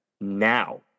now